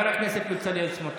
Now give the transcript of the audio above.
הכנסת בצלאל סמוטריץ'.